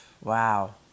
Wow